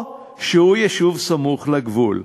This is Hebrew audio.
או שהוא יישוב סמוך לגבול.